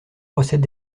recette